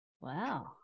wow